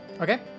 Okay